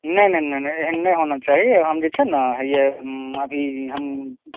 नहि नहि नहि एहन नहि होना चाही हम जे छै ने हैए अभी हम